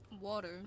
Water